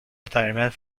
retirement